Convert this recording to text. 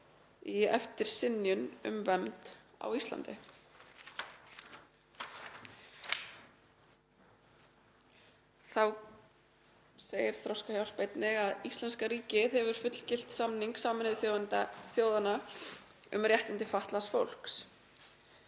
í eftir synjun um vernd á Íslandi.“ Þá segir Þroskahjálp einnig að íslenska ríkið hafi fullgilt samning Sameinuðu þjóðanna um réttindi fatlaðs fólks